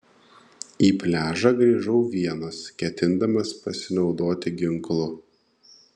į pliažą grįžau vienas ketindamas pasinaudoti ginklu